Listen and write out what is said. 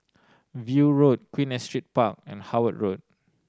View Road Queen Astrid Park and Howard Road